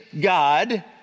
God